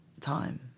time